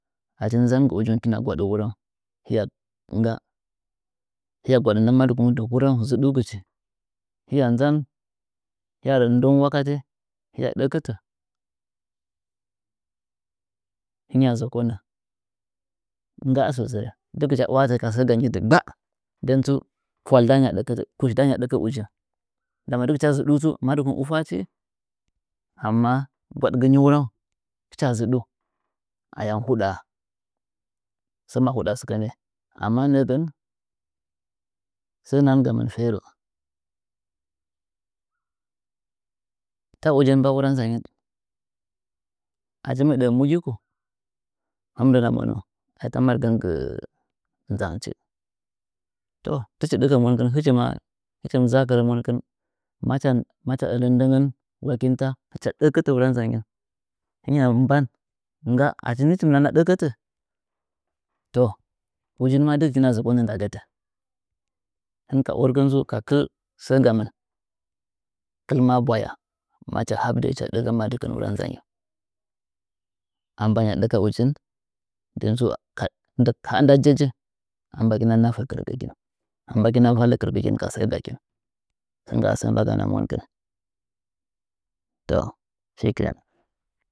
Gwaɗɚ wurawng ngga hɨya gwaɗa na hɨya gwaɗa zamadɨkung dɨ wura zuɗugɨchi hɨya nzan hɨya rɚ ndoung wakate hɨya ɗkɚtɚ hɨn ya zɚkonɚ ngga sosai dɨgɨcha ‘wahatɚ ka sɚ ganyi dɨggba nden tsu hwai kush gam dɨgɨcha zudutsu madɨkung ɨfwachi amma gwaɗgɨnyi wuraung hɨcha zuɗu ayam huɗa a sɚ mahuɗa sɨkɚ ni amma nɚɚgɚn sɚ nahangamɨ fere ta ujin mba wura nzanyih achi mɨ ɗɚhe mugiku hɨmɨna monu ai ta madɨkɨngɚn gɨ nzanchi to tɨchi ɓetɚ monkɨh hɨchi ma hɨch za’akɨrɚ monkɨh macha macha ɚlɚ ndɚ ngɚn wakinta hɨcha ɗkɚtɚ wura nzanyi hɨnya mban nhhs svhi hɨchi nana ɗɚkɚ tɚto ujin gɚn dɨgɨkina zokonɚ ndagɚtɚ hɨh ka akɨh tsu ka kɨl sɚ gamɨn kɨl ma bwaya ma dɚɚ htcha daka madɨkɨngɚn wura manyi a mbaya ɗaka ujih nden tsu kakaka ha nda jejin a nda kina valle kɨrɚgɚkih ka sɚ gakɨn nɨngga sɚ mbagana monkɨh to shike nan.